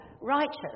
righteous